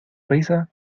risa